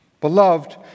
Beloved